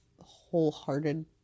wholehearted